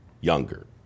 younger